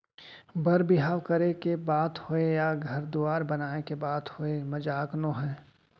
बर बिहाव करे के बात होवय या घर दुवार बनाए के बात होवय मजाक नोहे